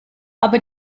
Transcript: aber